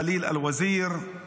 ח'ליל אל-וזיר,